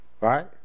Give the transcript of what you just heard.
right